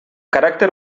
caràcter